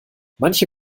manche